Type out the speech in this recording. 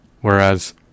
whereas